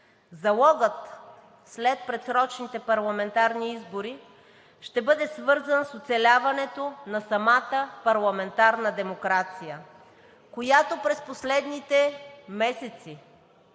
Залогът след предсрочните парламентарни избори ще бъде свързан с оцеляването на самата парламентарна демокрация, която през последните месеци